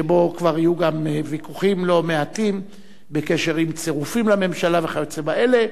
שבו כבר יהיו ויכוחים לא מעטים בקשר לצירופים לממשלה וכיוצא באלה,